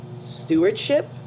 stewardship